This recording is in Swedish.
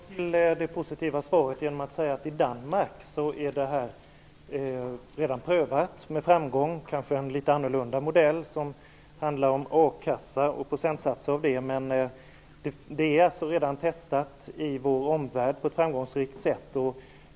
Herr talman! Jag vill bidra till det positiva svaret och säga att i Danmark är det här redan prövat med framgång. Det kanske är en litet annorlunda modell som handlar om a-kassa och procentsatser, men förslaget är alltså redan testat i vår omvärld på ett framgångsrikt sätt.